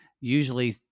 usually